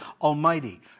Almighty